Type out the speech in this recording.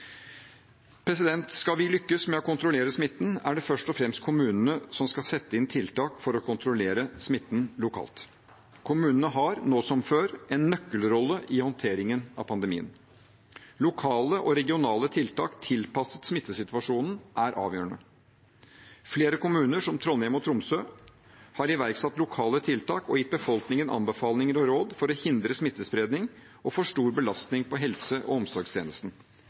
Skal vi lykkes med å kontrollere smitten, er det først og fremst kommunene som skal sette inn tiltak for å kontrollere smitten lokalt. Kommunene har, nå som før, en nøkkelrolle i håndteringen av pandemien. Lokale og regionale tiltak tilpasset smittesituasjonen er avgjørende. Flere kommuner, som Trondheim og Tromsø, har iverksatt lokale tiltak og gitt befolkningen anbefalinger og råd for å hindre smittespredning og for stor belastning på helse- og omsorgstjenesten.